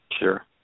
Sure